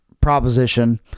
proposition